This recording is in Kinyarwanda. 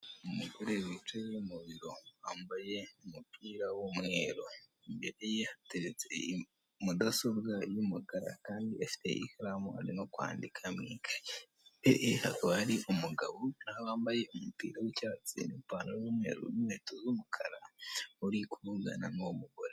Umugore wicaye mubiro, wambaye umupira w'umweru, imbere ye hateretse mudasobwa y'umukara, kandi afite ikaramu ari no kwandika mu ikayi, imbere ye hakaba hari umugabo wambaye umupira w'icyatsi, n'ipantaro y'umweru, n'inkweto z'umukara, uri kuvugana n'uwo mugore.